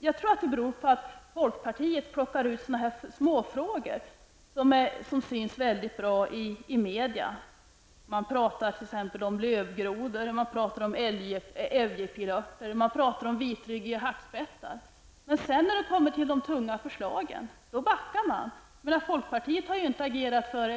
Jag tror att det beror på att folkpartiet plockar ut småfrågor som syns väldigt bra i media. Man pratar t.ex. om lövgrodor, om ävjepilört och vitryggiga hackspettar. Men sedan när man kommer till de tunga förslagen backar man. Folkpartiet har inte agerat för